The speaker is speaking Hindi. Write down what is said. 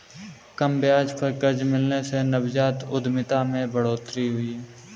कम ब्याज पर कर्ज मिलने से नवजात उधमिता में बढ़ोतरी हुई है